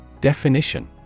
Definition